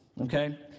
okay